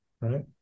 right